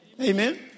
Amen